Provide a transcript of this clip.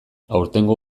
aurtengo